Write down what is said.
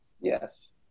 Yes